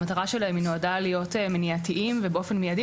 שהמטרה שלהם נועדה להיות מניעתיים ובאופן מיידי,